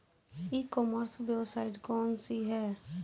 ई commerce website कौन सी है?